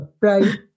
Right